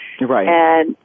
Right